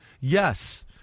yes